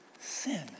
sin